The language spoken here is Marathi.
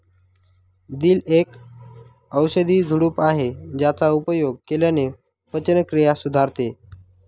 दिल एक औषधी झुडूप आहे ज्याचा उपयोग केल्याने पचनक्रिया सुधारते